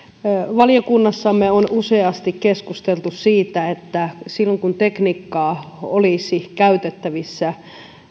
valiokunnassamme on useasti keskusteltu siitä että silloin kun tekniikkaa olisi käytettävissä